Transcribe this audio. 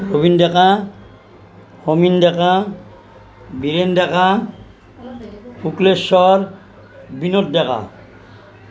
Robin Deka Samiran Deka Biren Deka Shukleswar Binod Deka